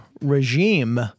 regime